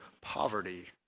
poverty